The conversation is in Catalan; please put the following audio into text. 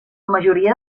majoria